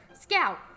Scout